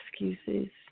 excuses